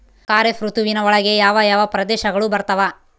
ಖಾರೇಫ್ ಋತುವಿನ ಒಳಗೆ ಯಾವ ಯಾವ ಪ್ರದೇಶಗಳು ಬರ್ತಾವ?